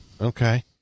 Okay